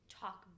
talk